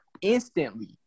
instantly